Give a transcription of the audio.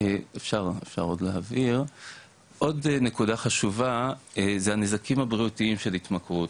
עוד נקודה חשובה זה הנזקים הבריאותיים של התמכרות,